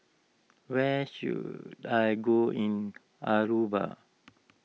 where should I go in Aruba